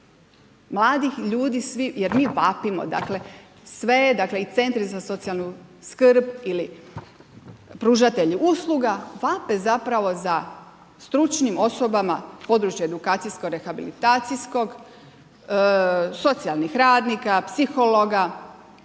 mladih ljudi svi, jer mi vapimo dakle sve je i centri za socijalnu skrb ili pružatelji usluga vape zapravo za stručnim osobama područja edukacijsko-rehabilitacijskog, socijalnih radnika, psihologa